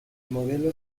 modelo